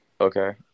Okay